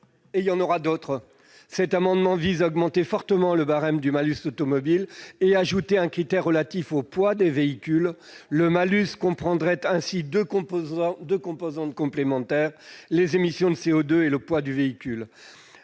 pour le climat. Cet amendement vise à augmenter fortement le barème du malus automobile et à y ajouter un critère relatif au poids des véhicules. Le malus comprendrait ainsi deux composantes complémentaires : les émissions de CO2 et le poids du véhicule.